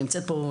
שנמצאת פה,